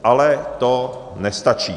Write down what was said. Ale to nestačí.